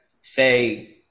say –